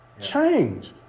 Change